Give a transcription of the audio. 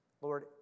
Lord